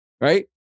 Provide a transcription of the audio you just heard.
right